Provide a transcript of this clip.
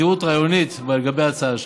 זהות רעיונית, לגבי ההצעה שלך.